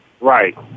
Right